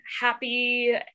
happy